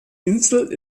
insel